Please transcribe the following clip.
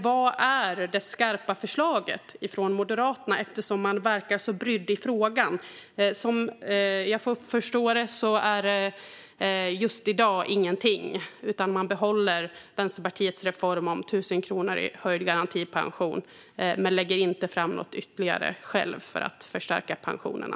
Var är Moderaternas skarpa förslag? De verkar ju så brydda i frågan. Som jag förstår det finns det inget i dag. De behåller Vänsterpartiets reform om 1 000 kronor i höjd garantipension men lägger inte själva fram något förslag för att stärka pensionerna.